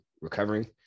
recovering